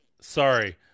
Sorry